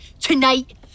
tonight